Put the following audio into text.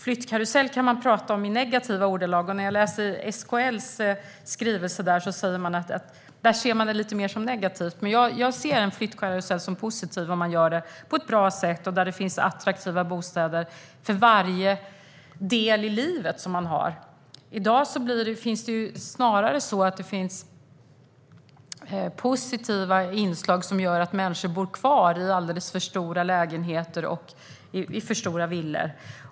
Flyttkaruseller kan man prata om i negativa ordalag, och i SKL:s skrivelse ser man det lite mer negativt. Men jag ser en flyttkarusell som någonting positivt om man gör det på ett bra sätt och om det finns attraktiva bostäder för varje skede i livet. I dag finns det snarare positiva inslag som gör att människor bor kvar i alldeles för stora lägenheter och villor.